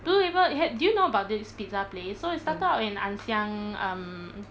blue label it had do you know about this pizza place so it started out in ann siang um